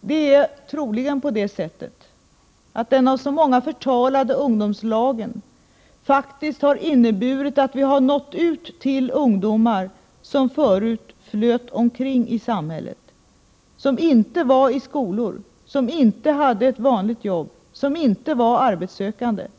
Det är troligen så att de av så många förtalade ungdomslagen faktiskt inneburit att vi har nått ut till ungdomar som förut flöt omkring i samhället, som inte var i skolor, inte hade något vanligt jobb och inte var arbetssökande, ungdomar